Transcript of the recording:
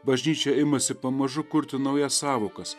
bažnyčia imasi pamažu kurti naujas sąvokas